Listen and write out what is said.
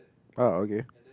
ah okay